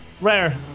Rare